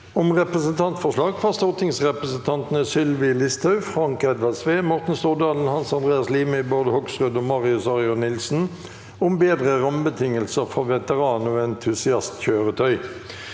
om Representantforslag fra stortingsrepresentan- tene Sylvi Listhaug, Frank Edvard Sve, Morten Stordalen, Hans Andreas Limi, Bård Hoksrud og Marius Arion Nil- sen om bedre rammebetingelser for veteran- og entusi- astkjøretøy